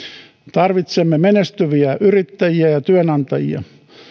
tarvitsemme menestyviä yrittäjiä ja työnantajia